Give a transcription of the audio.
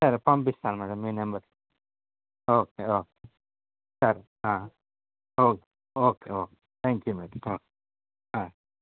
సరే పంపిస్తాను మేడమ్ మీ నెంబర్ ఓకే ఓకే సరే okay okay thank you madam